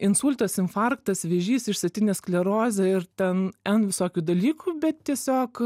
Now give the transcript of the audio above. insultas infarktas vėžys išsėtinė sklerozė ir ten en visokių dalykų bet tiesiog